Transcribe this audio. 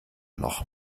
noch